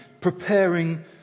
preparing